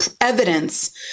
evidence